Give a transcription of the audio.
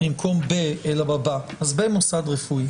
במקום ב- אלא במוסד רפואי.